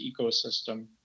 ecosystem